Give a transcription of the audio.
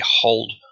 hold